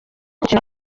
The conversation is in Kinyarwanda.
gukina